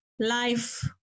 life